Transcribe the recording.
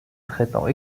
traitant